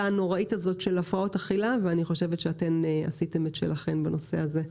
הנוראית הזאת של הפרעות אכילה ואני חושבת שעשיתן את שלכן בנושא הזה.